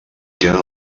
tenen